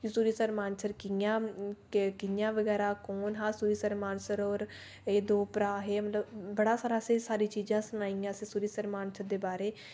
सरूईसर मानसर कि'यां कि'यां बगैरा कु'न हा सरूईंसर मानसर होर एह् दो भ्राऽ हे मतलब बड़ा सारा असेंगी चीजां सनाइयां असें सरूईसर मानसर दे बारे